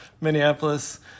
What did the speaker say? Minneapolis